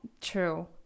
true